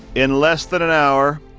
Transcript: in less than an hour,